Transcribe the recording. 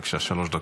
בבקשה, שלוש דקות.